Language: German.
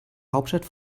hauptstadt